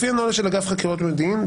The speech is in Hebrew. לפי הנוהל של אגף חקירות מודיעין,